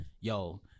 yo